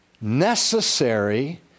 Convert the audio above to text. necessary